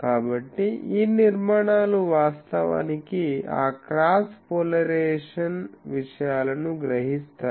కాబట్టి ఈ నిర్మాణాలు వాస్తవానికి ఆ క్రాస్ పోలరైజేషన్ విషయాలను గ్రహిస్తాయి